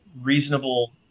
reasonable